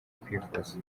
kwivuza